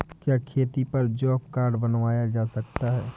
क्या खेती पर जॉब कार्ड बनवाया जा सकता है?